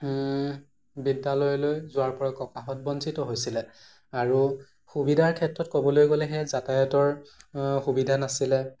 বিদ্যালয়লৈ যোৱাৰ পৰা ককাহঁত বঞ্চিত হৈছিলে আৰু সুবিধাৰ ক্ষেত্ৰত ক'বলৈ গ'লে সেই যাতায়তৰ সুবিধা নাছিলে